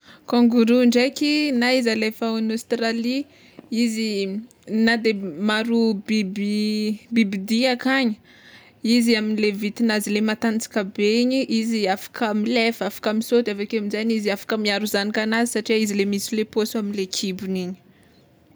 Kangoroa ndraiky, na izy alefa any Aostralia, izy na de maro biby biby dia akagny, izy amle vitin'azy le matanjaka be igny, izy afaka milefa, afaka misaoty aveke aminjaigny izy afaka miaro zanakanazy satrià izy le misy le paosy amle kibony igny.